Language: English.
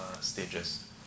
stages